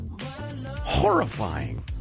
Horrifying